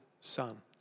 son